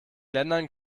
ländern